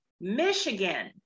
Michigan